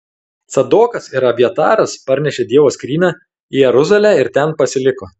cadokas ir abjataras parnešė dievo skrynią į jeruzalę ir ten pasiliko